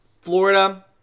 Florida